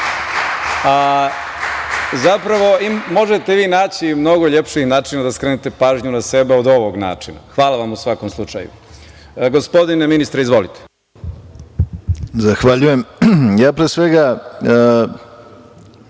Zapravo, možete vi naći mnogo lepši način da skrenete pažnju na sebe od ovog načina. Hvala u svakom slučaju. Gospodine ministre, izvolite. **Branko Ružić** Zahvaljujem. Pre svega,